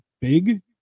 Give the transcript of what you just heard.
big